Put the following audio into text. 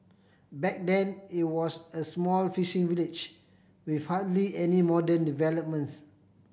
back then it was an small fishing village with hardly any modern developments